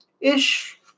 ish